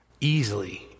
easily